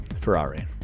Ferrari